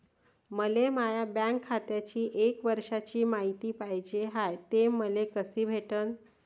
मले माया बँक खात्याची एक वर्षाची मायती पाहिजे हाय, ते मले कसी भेटनं?